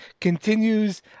continues